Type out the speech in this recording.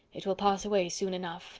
it will pass away soon enough